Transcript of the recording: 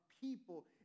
people